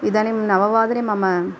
इदानीं नववादने मम